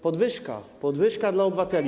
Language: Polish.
Podwyżka, podwyżka dla obywateli.